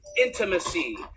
intimacy